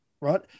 right